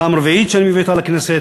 פעם רביעית שאני מביא אותה לכנסת,